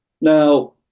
Now